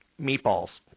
meatballs